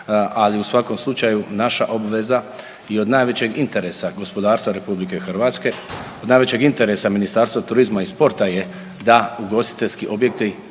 ali u svakom slučaju naša obveza i od najvećeg interesa gospodarstva RH od najvećeg interesa Ministarstva turizma i sporta je da ugostiteljski objekti